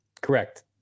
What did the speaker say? Correct